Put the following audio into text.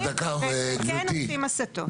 וכן עושים הסתות.